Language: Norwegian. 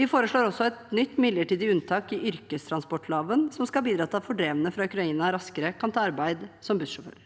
Vi foreslår også et nytt midlertidig unntak i yrkestransportloven, som skal bidra til at fordrevne fra Ukraina raskere kan ta arbeid som bussjåfør.